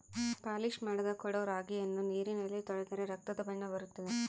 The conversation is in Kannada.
ಪಾಲಿಶ್ ಮಾಡದ ಕೊಡೊ ರಾಗಿಯನ್ನು ನೀರಿನಲ್ಲಿ ತೊಳೆದರೆ ರಕ್ತದ ಬಣ್ಣ ಬರುತ್ತದೆ